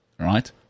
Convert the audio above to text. Right